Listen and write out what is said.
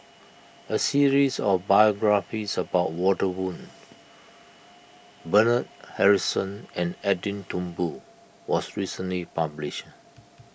a series of biographies about Walter Woon Bernard Harrison and Edwin Thumboo was recently published